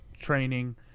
training